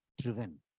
driven